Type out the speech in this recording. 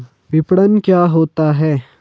विपणन क्या होता है?